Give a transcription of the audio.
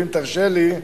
אם תרשה לי,